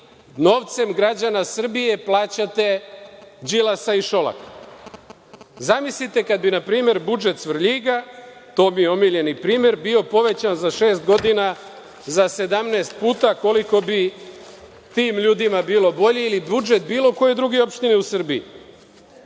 novcem građana Srbije plaćate Đilasa i Šolaka. Zamislite kada bi na primer budžet Svrljiga, to bi omiljeni primer bio, povećan za šest godina za 17 puta, koliko bi tim ljudima bilo bolje, ili budžet u bilo kojoj drugoj opštini u Srbiji. Sada